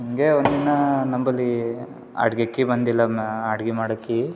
ಹಿಂಗೆ ಒಂದಿನ ನಂಬಳಿ ಅಡಿಗ್ಯಾಕಿ ಬಂದಿಲ್ಲ ಮ ಅಡಿಗೆ ಮಾಡೋಕಿ